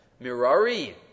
Mirari